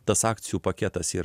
tas akcijų paketas ir